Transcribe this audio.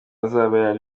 azabera